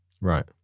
Right